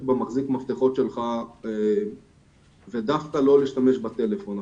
במחזיק המפתחות שלך ודווקא לא להשתמש בטלפון.